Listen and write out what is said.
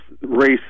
race